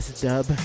Dub